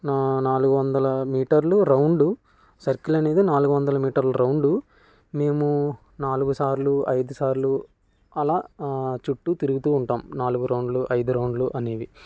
నాలుగు వందల మీటర్లు రౌండు సర్కిల్ అనేది నాలుగు వందల మీటర్ల రౌండు మేము నాలుగు సార్లు ఐదు సార్లు అలా చుట్టు తిరుగుతు ఉంటాం నాలుగు రౌండ్లు ఐదు రౌండ్లు అనేవి